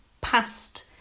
past